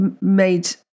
made